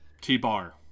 T-Bar